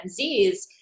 Zs